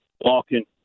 Walking